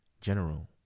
general